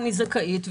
אני זכאית.